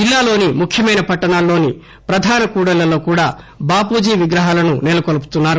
జిల్లాలోని ముఖ్యమైన పట్టణాల్లోని ప్రధాన కూడళ్లలో కూడా బాపూజీ విగ్రహాలను నెలకొల్పుతున్నారు